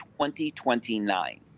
2029